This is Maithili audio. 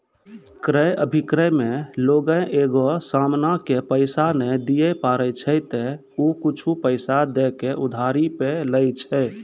क्रय अभिक्रय मे लोगें एगो समानो के पैसा नै दिये पारै छै त उ कुछु पैसा दै के उधारी पे लै छै